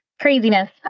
craziness